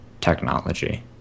technology